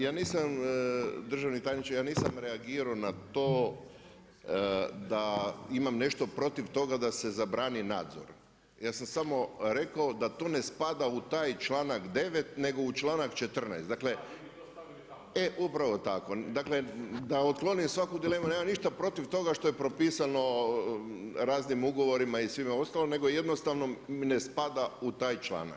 Ja nisam državni tajniče, ja nisam reagirao na to da imam nešto protiv toga da se zabrani nadzor. ja sam samo rekao da tu ne spada u taj članak 9., nego u članak 14., dakle [[Upadica Glunčić: Vi bi to stavili tamo.]] e, upravo tako, dakle, da otklonim svaku dilemu, nemam ja ništa protiv toga što je propisano raznim ugovorima i svime ostalom, nego jednostavno mi ne spada u taj članak.